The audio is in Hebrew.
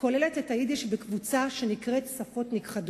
כוללת את היידיש בקבוצה שנקראת "שפות נכחדות".